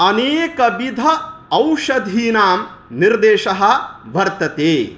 अनेकविध औषधीनां निर्देशः वर्तते